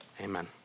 Amen